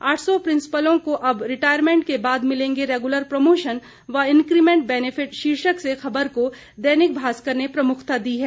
आठ सौ प्रिंसिपलों को अब रिटायरमेंट के बाद मिलेंगे रेगुलर प्रमोशन व इंकीमेंट बेनीफिट शीर्षक से खबर को दैनिक भास्कर ने प्रमुखता दी है